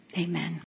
amen